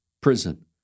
prison